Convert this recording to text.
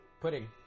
Pudding